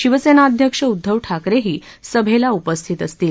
शिवसेना अध्यक्ष उद्दव ठाकरेही सभेला उपस्थित असतील